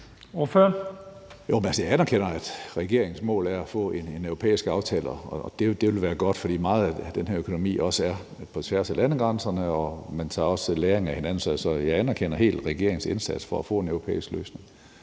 (SF): Jeg anerkender, at regeringens mål er at få en europæisk aftale. Og det vil være godt, fordi meget af den her økonomi også går på tværs af landegrænserne, og man tager også læring af hinanden. Så jeg anerkender helt regeringens indsats for at få en europæisk løsning.